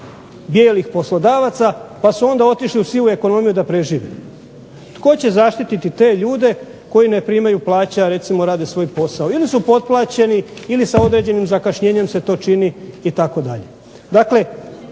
tih poslodavaca, pa su onda otišli u sivu ekonomiju da prežive, tko će zaštititi te ljude koji ne primaju plaće a rade svoj posao. Ili su potplaćeni, ili sa određenim zakašnjenjem se to čini itd.